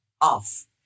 off